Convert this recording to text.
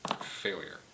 Failure